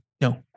No